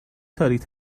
تاریک